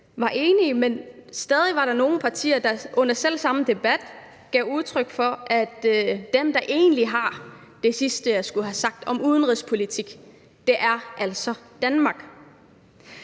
var enige, men stadig var der nogle partier, der under selv samme debat gav udtryk for, at den, der egentlig har det sidste at skulle have sagt om udenrigspolitik, altså er Danmark.